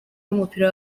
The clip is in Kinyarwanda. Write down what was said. w’umupira